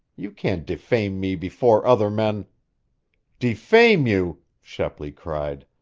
you can't defame me before other men defame you? shepley cried.